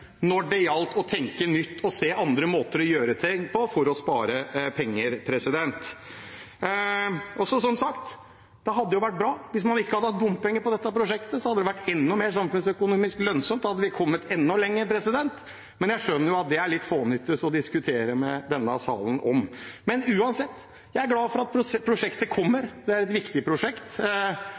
når det gjaldt å tenke nytt og se andre måter å gjøre ting på for å spare penger. Som sagt hadde det jo vært bra hvis man ikke hadde hatt bompenger i dette prosjektet. Da hadde det vært enda mer samfunnsøkonomisk lønnsomt. Da hadde vi kommet enda lenger. Men jeg skjønner jo at det er litt fånyttes å diskutere det i denne salen. Uansett er jeg glad for at prosjektet kommer. Det er et viktig prosjekt,